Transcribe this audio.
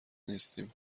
نیستیم